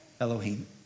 Elohim